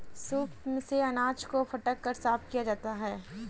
soup से अनाज को फटक कर साफ किया जाता है